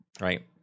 right